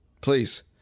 Please